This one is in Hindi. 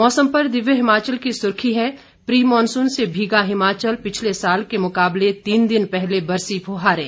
मौसम पर दिव्य हिमाचल की सुर्खी है प्री मानसून से भीगा हिमाचल पिछले साल के मुकाबले तीन दिन पहले बरसी फुहारें